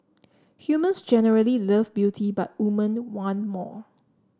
humans generally love beauty but women want more